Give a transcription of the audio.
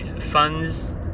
funds